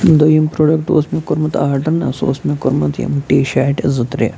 دوٚیُم پرٛوڈَکٹ اوس مےٚ کوٚرمُت آرڈر نا سُہ اوس مےٚ کوٚرمُت یِم ٹی شارٹہِ زٕ ترٛےٚ